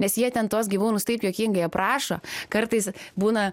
nes jie ten tuos gyvūnus taip juokingai aprašo kartais būna